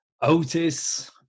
Otis